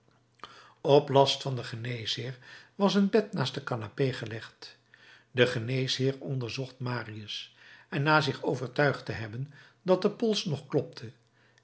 op last van den geneesheer was een bed naast de canapé gelegd de geneesheer onderzocht marius en na zich overtuigd te hebben dat de pols nog klopte